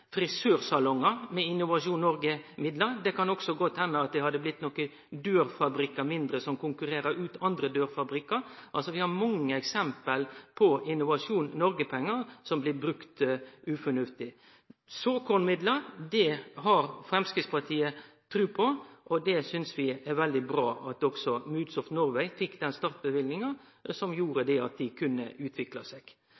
frisørsalongar med Innovasjon Norge-midlar. Det kan også godt hende det hadde blitt nokre færre dørfabrikkar – dørfabrikkar som konkurrerer ut andre dørfabrikkar. Vi har mange eksempel på Innovasjon Norge-pengar som blir brukte ufornuftig. Såkornmidlar har Framstegspartiet tru på, og vi synest det er veldig bra at også Moods of Norway fekk den startløyvinga som